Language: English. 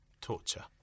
Torture